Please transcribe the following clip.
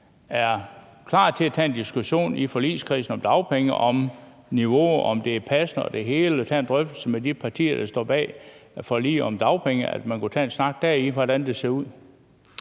er klar til at tage en diskussion i forligskredsen om dagpenge, om niveau, om det er passende og det hele, altså tage en drøftelse med de partier, der står bag forliget om dagpenge, så man dér kunne tage en snak om, hvordan det ser ud?